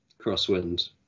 Crosswind